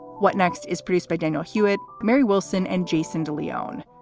what next? is piece by daniel hewitt, mary wilson and jason de leon.